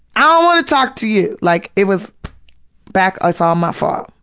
i don't wanna talk to you! like, it was back, it's all my fault,